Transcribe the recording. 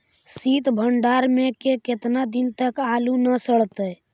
सित भंडार में के केतना दिन तक आलू न सड़तै?